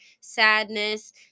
sadness